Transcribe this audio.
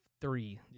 three